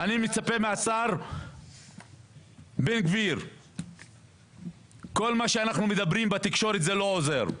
אני מצפה מהשר בן גביר שיבין שכל הדיבורים בתקשורת הם לא עוזרים,